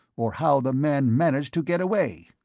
or how the man managed to get away.